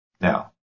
Now